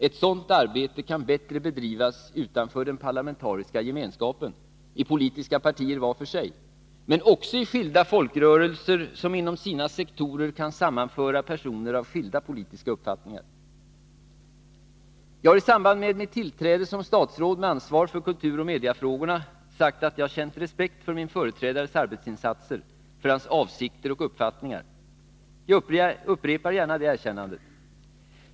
Ett sådant arbete kan bättre bedrivas utanför den parlamentariska gemenska pen, i politiska partier var för sig, men också i skilda folkrörelser som inom sina sektorer kan sammanföra personer av skilda politiska uppfattningar. Jag har i samband med mitt tillträde som statsråd med ansvar för kulturoch mediafrågorna sagt att jag känt respekt för min företrädares arbetsinsatser, för hans avsikter och uppfattningar. Jag upprepar gärna detta erkännande.